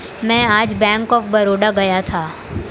मैं आज bank of Baroda गया था